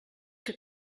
que